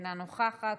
אינה נוכחת,